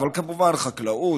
אבל כמובן חקלאות,